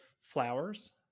flowers